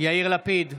יאיר לפיד,